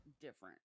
different